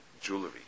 jewelry